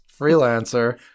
freelancer